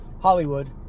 Hollywood